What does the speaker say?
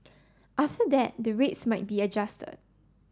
after that the rates might be adjusted